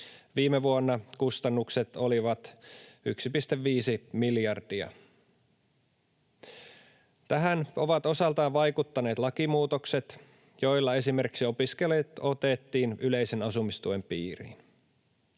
viime vuonna kustannukset olivat 1,5 miljardia. Tähän ovat osaltaan vaikuttaneet lakimuutokset, joilla esimerkiksi opiskelijat otettiin yleisen asumistuen piiriin.